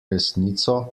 resnico